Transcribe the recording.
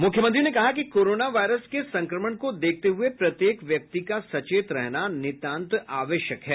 मुख्यमंत्री ने कहा कि कोरोना वायरस के संक्रमण को देखते हुये प्रत्येक व्यक्ति का सचेत रहना नितान्त आवश्यक है